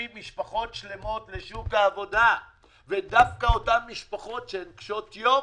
משפחות שלמות לשוק העבודה ודווקא אותן משפחות שהן קשות יום.